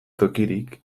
tokirik